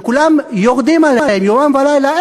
כולם יורדים עליהם יומם ולילה,